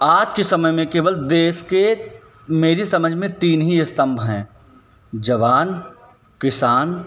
आज के समय में केवल देश के मेरी समझ में तीन ही स्तम्भ हैं जवान किसान